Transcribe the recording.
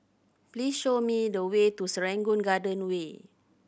please show me the way to Serangoon Garden Way